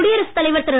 குடியரசுத் தலைவர் திரு